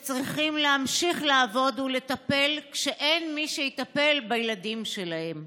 והם צריכים להמשיך לעבוד ולטפל כשאין מי שיטפל בילדים שלהם.